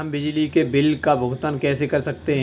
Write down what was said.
हम बिजली के बिल का भुगतान कैसे कर सकते हैं?